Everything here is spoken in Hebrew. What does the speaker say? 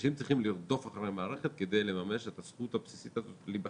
אנשים צריכים לרדוף אחרי המערכת כדי לממש את הזכות הבסיסית הזאת להיבחן.